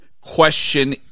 question